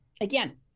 again